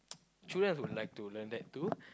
children would like to learn that too